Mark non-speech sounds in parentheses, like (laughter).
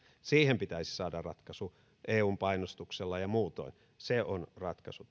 siihen pitäisi saada ratkaisu eun painostuksella ja ja muutoin se on ratkaisu (unintelligible)